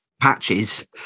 patches